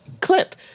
clip